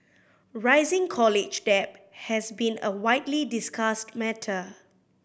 rising college debt has been a widely discussed matter